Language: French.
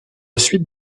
suite